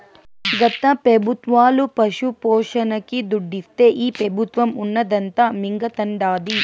గత పెబుత్వాలు పశుపోషణకి దుడ్డిస్తే ఈ పెబుత్వం ఉన్నదంతా మింగతండాది